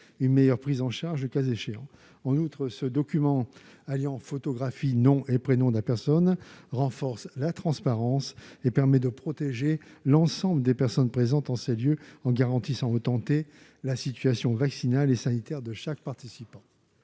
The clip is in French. une meilleure prise en charge, le cas échéant. En outre, ce document alliant photographie, nom et prénom de la personne renforce la transparence et permet de protéger l'ensemble des personnes présentes dans les lieux soumis au passe vaccinal en garantissant, à l'instant , la situation vaccinale et sanitaire de chacun.